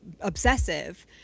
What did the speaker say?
obsessive